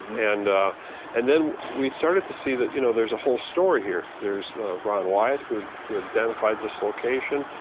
and and then we started to see that you know there's a whole story here. there's a ron wyatt who who identified this location.